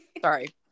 Sorry